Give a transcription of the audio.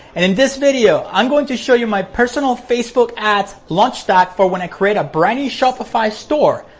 and in this video, i'm going to show you my personal facebook ads launched at for when i create a brand new shopify store.